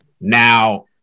Now